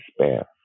despair